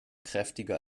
kräftiger